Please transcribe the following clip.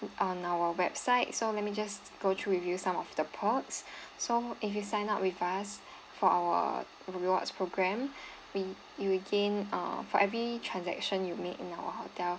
on our website so let me just go through with you some of the pros so if you sign up with us for our rewards program we you will gain uh for every transaction you made in our hotel